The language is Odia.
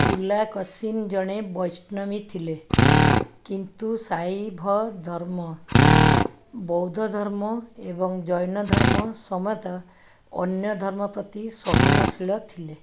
ପୁଲାକଶିନ୍ ଜଣେ ବୈଷ୍ଣବୀ ଥିଲେ କିନ୍ତୁ ଶାଇଭଧର୍ମ ବୌଦ୍ଧ ଧର୍ମ ଏବଂ ଜୈନ ଧର୍ମ ସମେତ ଅନ୍ୟ ଧର୍ମ ପ୍ରତି ସହନଶୀଳ ଥିଲେ